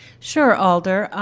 sure, alder.